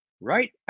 right